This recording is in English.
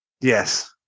yes